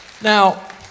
Now